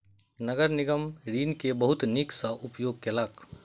नगर निगम ऋण के बहुत नीक सॅ उपयोग केलक